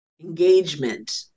engagement